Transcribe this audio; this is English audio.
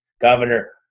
governor